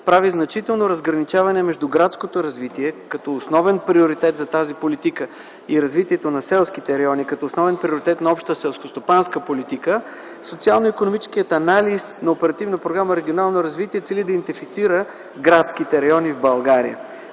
прави значително разграничаване между градското развитие като основен приоритет за тази политика и развитието на селските райони като основен приоритет на обща селскостопанска политика, социално-икономическият анализ на Оперативна програма „Регионално развитие” цели да идентифицира градските райони в България.